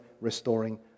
restoring